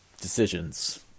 decisions